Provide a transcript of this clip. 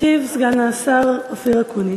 ישיב סגן השר אופיר אקוניס.